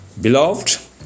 Beloved